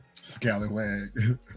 Scallywag